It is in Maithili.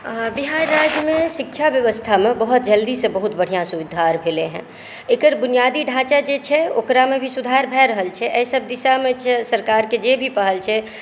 बिहार राज्यमे शिक्षा व्यवस्थामे बहुत जल्दीसँ बहुत बढ़िऑं सुधार भेलै हँ एकर बुनियादी ढांचा जे छै ओकरामे भी सुधार भए रहल छै एहि सब विषयमे सरकारके जे भी पहल छै